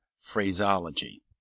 phraseology